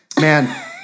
man